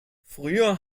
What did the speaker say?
früher